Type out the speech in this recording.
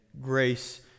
grace